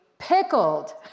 pickled